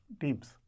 teams